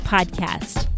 Podcast